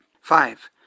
five